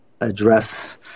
address